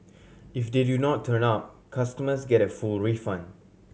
if they do not turn up customers get a full refund